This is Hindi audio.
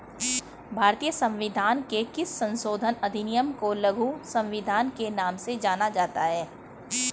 भारतीय संविधान के किस संशोधन अधिनियम को लघु संविधान के नाम से जाना जाता है?